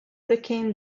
became